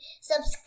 Subscribe